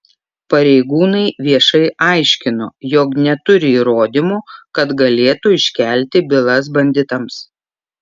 pareigūnai viešai aiškino jog neturi įrodymų kad galėtų iškelti bylas banditams